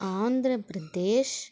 Andhra Pradesh